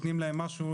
אם נותנים להם משהו,